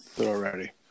already